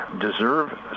deserve